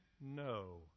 no